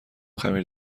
خمیر